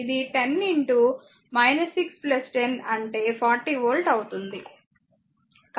కాబట్టి ఇది 10 6 10 అంటే 40 వోల్ట్ అవుతుంది